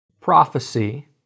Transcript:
prophecy